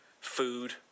food